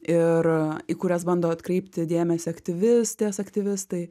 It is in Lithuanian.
ir į kurias bando atkreipti dėmesį aktyvistės aktyvistai